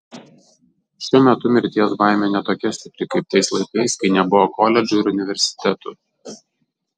šiuo metu mirties baimė ne tokia stipri kaip tais laikais kai nebuvo koledžų ir universitetų